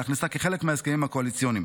להכניסה כחלק מההסכמים הקואליציוניים.